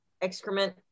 excrement